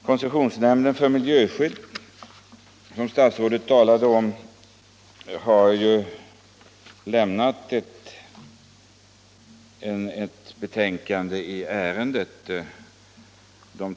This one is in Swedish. Koncessionsnämnden för miljöskydd, som statsrådet talade om, har avgivit ett yttrande i ärendet.